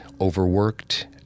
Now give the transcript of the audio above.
overworked